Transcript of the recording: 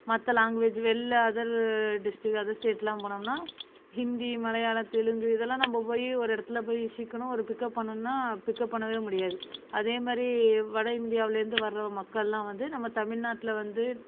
மற்ற லாங்குவேஜ் வெளியில் other district other ஸ்டேட்லாம் போனம்னா ஹிந்தி மலையாளம் தெலுங்கு இதெல்லாம் நம்ம போய் ஒரு இடத்துல போய் சீக்கிரம் ஒரு பிக்கப் பண்ணணுன்னா பிக்கப் பண்ணவே முடியாது அதேமாதிரி வட இந்தியாவிலேர்ந்து இருந்து வர்ற மக்கள்லாம் வந்து நம்ம தமிழ்நாட்ல வந்து